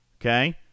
Okay